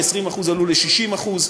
מ-20% עלו ל-60%,